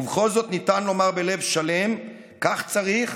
ובכל זאת ניתן לומר בלב שלם: כך צריך,